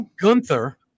Gunther